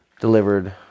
delivered